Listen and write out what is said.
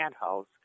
house